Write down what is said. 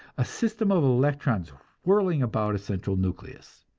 a system of electrons whirling about a central nucleus.